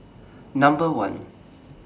Number one